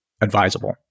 advisable